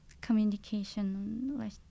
communication